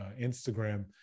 Instagram